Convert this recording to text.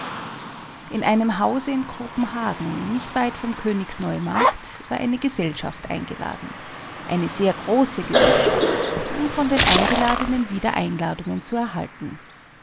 in einem hause in kopenhagen nicht weit vom königsneumarkt war eine gesellschaft eingeladen eine sehr große gesellschaft um von den eingeladenen wieder einladungen zu erhalten